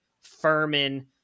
Furman